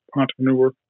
entrepreneur